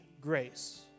grace